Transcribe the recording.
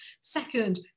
second